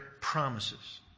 promises